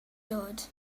dod